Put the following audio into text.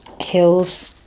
hills